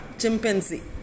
chimpanzee